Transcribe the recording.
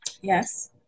Yes